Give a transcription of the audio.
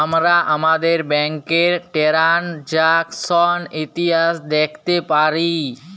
আমরা আমাদের ব্যাংকের টেরানযাকসন ইতিহাস দ্যাখতে পারি